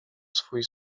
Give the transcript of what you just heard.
swój